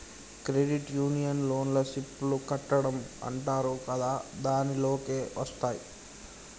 credit union లోన సిప్ లు కట్టడం అంటరు కదా దీనిలోకే వస్తాయ్